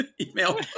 email